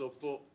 למצוא פה תוספת,